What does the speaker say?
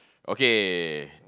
okay